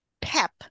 PEP